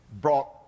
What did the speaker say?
brought